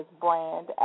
brand